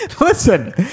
listen